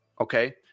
okay